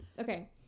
Okay